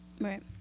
Right